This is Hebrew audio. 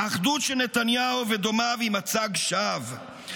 האחדות של נתניהו ודומיו היא מצג שווא,